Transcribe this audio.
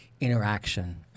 interaction